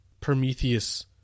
Prometheus